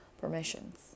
permissions